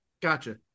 Gotcha